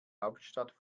hauptstadt